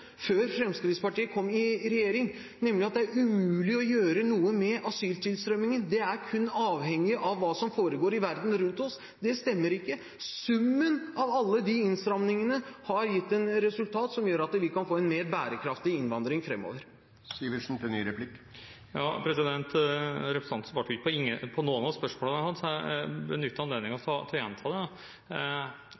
før Fremskrittspartiet kom i regjering, nemlig at det er umulig å gjøre noe med asyltilstrømningen, det er kun avhengig av hva som foregår i verden rundt oss, stemmer ikke. Summen av alle disse innstramningene har gitt et resultat som gjør at vi kan få en mer bærekraftig innvandring framover. Representanten svarte ikke på noen av spørsmålene jeg stilte, så jeg benytter anledningen til å gjenta dem. Jeg forstår det